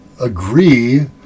agree